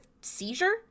seizure